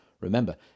Remember